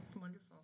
Wonderful